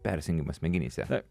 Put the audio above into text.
persijungimas smegenyse